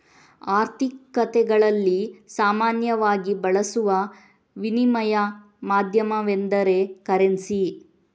ಆರ್ಥಿಕತೆಗಳಲ್ಲಿ ಸಾಮಾನ್ಯವಾಗಿ ಬಳಸುವ ವಿನಿಮಯ ಮಾಧ್ಯಮವೆಂದರೆ ಕರೆನ್ಸಿ